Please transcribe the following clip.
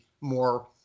more